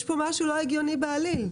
יש כאן משהו לא הגיוני בעליל.